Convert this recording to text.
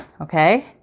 Okay